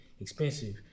expensive